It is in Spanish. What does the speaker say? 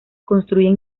construyen